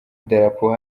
idarapo